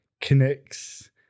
connects